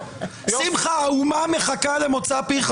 שמחה, האומה מחכה למוצא פיך.